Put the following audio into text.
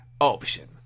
option